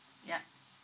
yup